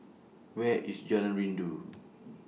Where IS Jalan Rindu